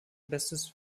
bestes